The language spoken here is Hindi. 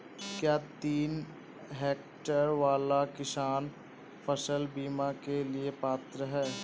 क्या तीन हेक्टेयर वाला किसान फसल बीमा के लिए पात्र हैं?